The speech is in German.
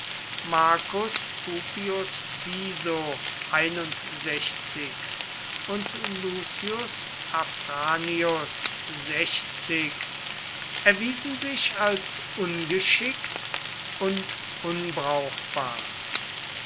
marcus pupius piso und lucius afranius erwiesen sich als ungeschickt und unbrauchbar